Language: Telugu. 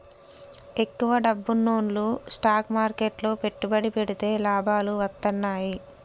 ఎక్కువ డబ్బున్నోల్లు స్టాక్ మార్కెట్లు లో పెట్టుబడి పెడితే లాభాలు వత్తన్నయ్యి